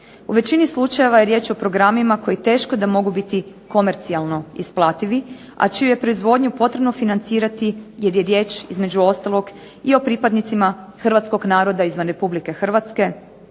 U većini slučajeva je riječ o programima koji da teško mogu biti komercijalno isplativi, a čiju je proizvodnju potrebno financirati jer je riječ između ostalog i o pripadnicima hrvatskog naroda izvan RH,